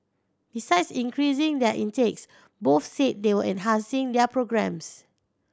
besides increasing their intakes both said they were enhancing their programmes